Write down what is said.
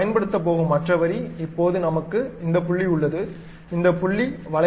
நாம் பயன்படுத்தப் போகும் மற்ற வரி இப்போது நமக்கு இந்த புள்ளி முதல் இந்த புள்ளி வறை